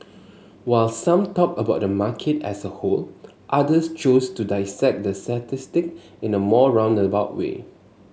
while some talked about the market as a whole others chose to dissect the statistic in a more roundabout way